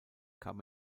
kam